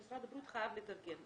שמשרד הבריאות חייב לתרגם.